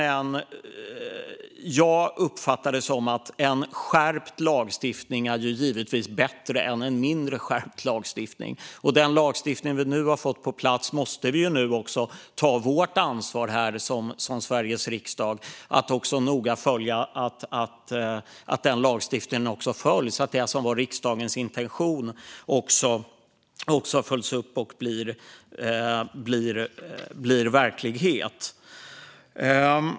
En skärpt lagstiftning är trots allt bättre än en mindre skarp lagstiftning, och nu måste Sveriges riksdag ta sitt ansvar för denna lagstiftning och noga se till att den följs så att det som var riksdagens intention följs upp och blir verklighet.